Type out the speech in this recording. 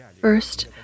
first